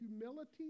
humility